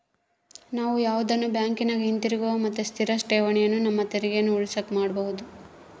ನಾವು ಯಾವುದನ ಬ್ಯಾಂಕಿನಗ ಹಿತಿರುಗುವ ಮತ್ತೆ ಸ್ಥಿರ ಠೇವಣಿಯನ್ನ ನಮ್ಮ ತೆರಿಗೆಯನ್ನ ಉಳಿಸಕ ಮಾಡಬೊದು